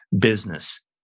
business